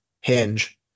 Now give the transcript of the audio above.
hinge